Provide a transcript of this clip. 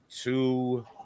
Two